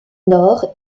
nord